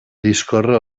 discorre